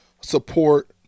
support